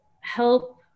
help